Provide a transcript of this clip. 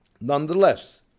Nonetheless